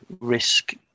risk